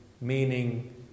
meaning